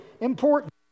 important